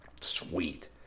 sweet